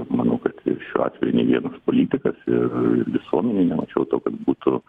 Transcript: manau kad ir šiuo atveju nė vienas politikas ir visuomenėj nemačiau to kad būtų